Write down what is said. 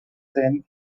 then